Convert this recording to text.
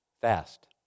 fast